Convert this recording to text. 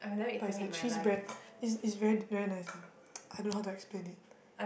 but it's like cheese bread it's it's very very nice ah I don't know how to explain it